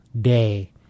day